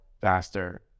faster